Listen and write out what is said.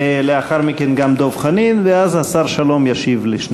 ולאחר מכן, גם דב חנין, ואז השר שלום ישיב לשניכם.